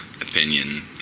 opinion